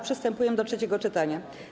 Przystępujemy do trzeciego czytania.